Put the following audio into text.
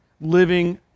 living